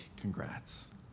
Congrats